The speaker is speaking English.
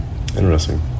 Interesting